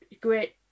great